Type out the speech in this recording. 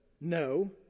no